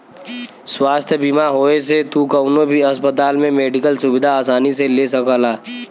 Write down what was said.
स्वास्थ्य बीमा होये से तू कउनो भी अस्पताल में मेडिकल सुविधा आसानी से ले सकला